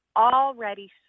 already